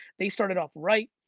they started off right,